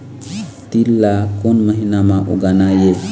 तील ला कोन महीना म उगाना ये?